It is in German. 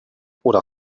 oder